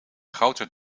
groter